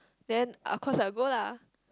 then of course I will go lah